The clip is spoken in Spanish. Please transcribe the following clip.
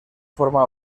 forma